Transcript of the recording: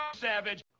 Savage